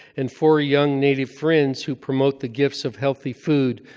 and four young native friends who promote the gifts of healthy food,